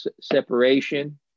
separation